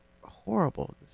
horrible